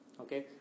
Okay